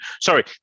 Sorry